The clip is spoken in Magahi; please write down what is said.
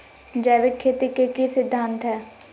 जैविक खेती के की सिद्धांत हैय?